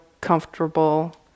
comfortable